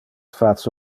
face